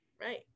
Right